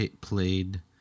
played